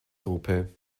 gruppe